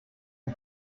ein